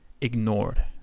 ignored